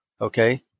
Okay